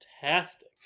fantastic